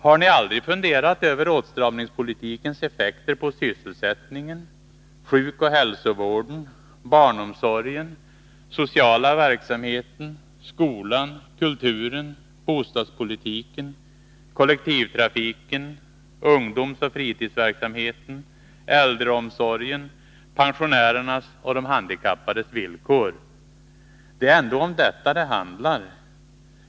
Har ni aldrig funderat över åtstramningspolitikens effek ter på sysselsättningen, sjukoch hälsovården, barnomsorgen, den sociala verksamheten, skolan, kulturen, bostadspolitiken, kollektivtrafiken, ungdomsoch fritidsverksamheten, äldreomsorgen, pensionärernas och de handikappades villkor? Det är ändå om detta det handlar.